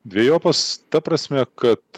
dvejopas ta prasme kad